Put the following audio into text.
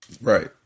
right